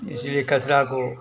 इसीलिए कचरा को